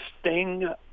Sting